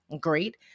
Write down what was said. Great